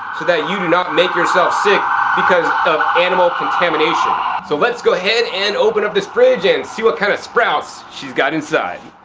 that you do not make yourselves sick because of animal contamination. so let's go ahead and open up this fridge and see what kind of sprouts she's got inside.